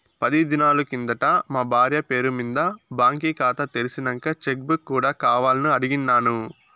పది దినాలు కిందట మా బార్య పేరు మింద బాంకీ కాతా తెర్సినంక చెక్ బుక్ కూడా కావాలని అడిగిన్నాను